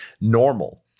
Normal